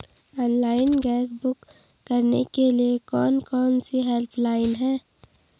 Online gas book करने के लिए कौन कौनसी हेल्पलाइन हैं?